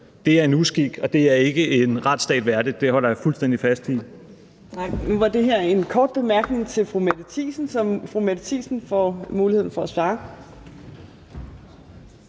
Det er en uskik, og det er ikke en retsstat værdig. Det holder jeg fuldstændig fast i.